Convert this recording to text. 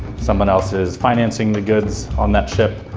someone else is financing the goods on that ship,